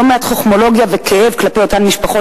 לא מעט חוכמולוגיה וכאב כלפי אותן משפחות